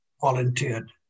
volunteered